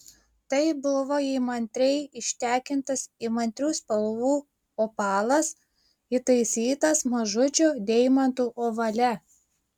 tai buvo įmantriai ištekintas įmantrių spalvų opalas įtaisytas mažučių deimantų ovale